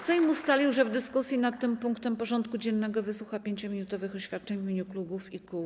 Sejm ustalił, że w dyskusji nad tym punktem porządku dziennego wysłucha 5-minutowych oświadczeń w imieniu klubów i kół.